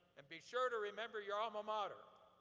and be sure to remember your alma mater.